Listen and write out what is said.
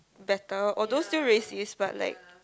better although racist but like